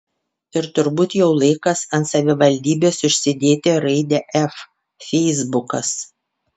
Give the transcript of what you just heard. ir turbūt jau laikas ant savivaldybės užsidėti raidę f feisbukas